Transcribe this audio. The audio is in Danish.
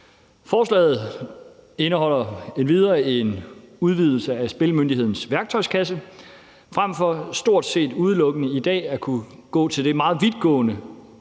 Lovforslaget indeholder endvidere en udvidelse af spillemyndighedens værktøjskasse. Frem for stort set udelukkende i dag at kunne gå til det meget vidtgående